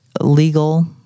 legal